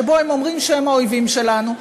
שבו הם אומרים שהם האויבים שלנו,